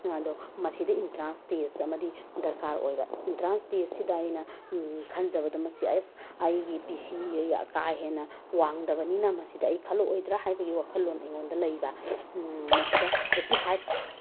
ꯑꯗꯣ ꯃꯁꯤꯗ entrance test ꯑꯃꯗꯤ ꯗꯔꯀꯥꯔ ꯑꯣꯏꯕ ꯏꯟꯇ꯭ꯔꯥꯟꯁ ꯇꯦꯁꯁꯤꯗ ꯑꯩꯅ ꯈꯟꯖꯕꯗꯣ ꯃꯁꯤ ꯑꯁ ꯑꯩꯒꯤ ꯄꯤ ꯁꯤ ꯀꯥ ꯍꯦꯟꯅ ꯋꯥꯡꯗꯕꯅꯤꯅ ꯃꯁꯤꯗ ꯑꯩ ꯈꯜꯂꯛꯑꯣꯏꯗ꯭ꯔꯥ ꯍꯥꯏꯕꯒꯤ ꯋꯥꯈꯜꯂꯣꯟ ꯑꯩꯉꯣꯟꯗ ꯂꯩꯕ ꯃꯁꯤꯗ ꯐꯤꯞꯇꯤ ꯐꯥꯏꯚ